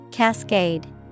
Cascade